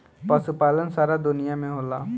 पशुपालन सारा दुनिया में होला